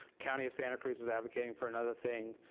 county of santa cruz is advocating for another thing,